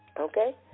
Okay